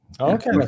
Okay